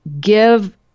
give